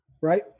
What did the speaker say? right